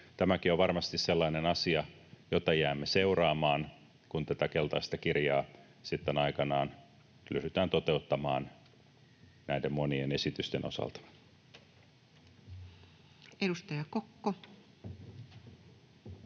Tämäkin on varmasti sellainen asia, jota jäämme seuraamaan, kun tätä keltaista kirjaa sitten aikanaan ryhdytään toteuttamaan näiden monien esitysten osalta. [Speech 622]